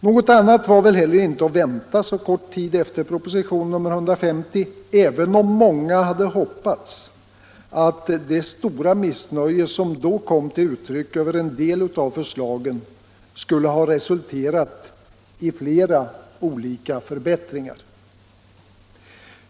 Något annat var väl heller inte att vänta så kort tid efter propositionen 150, även om många hade hoppats att det stora missnöje som då kom till uttryck över en del av förslagen skulle ha resulterat i flera olika förbättringar.